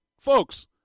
Folks